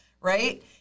right